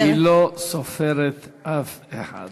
בשפה שלנו, היא לא סופרת אף אחד.